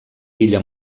illa